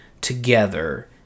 together